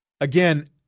Again